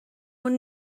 اون